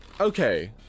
Okay